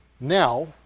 Now